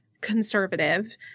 conservative